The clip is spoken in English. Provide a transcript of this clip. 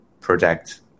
project